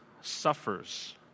suffers